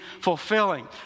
fulfilling